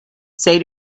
say